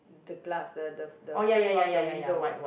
the glass the the the frame of the window